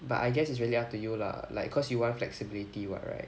but I guess it's really up to you lah like cause you want flexibility what right